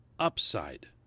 upside